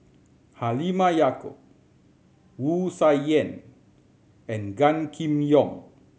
Halimah Yacob Wu Tsai Yen and Gan Kim Yong